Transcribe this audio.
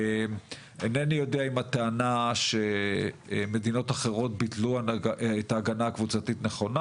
אינני יודע האם הטענה שמדינות אחרות ביטלו את ההגנה הקבוצתית נכונה.